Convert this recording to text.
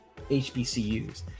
HBCUs